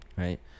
right